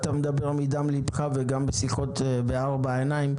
אתה מדבר מדם ליבך וגם בשיחות בארבע עיניים,